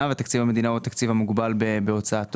ותקציב המדינה הוא תקציב המוגבל בהוצאתו,